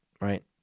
Right